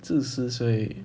自私所以